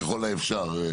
ככל האפשר,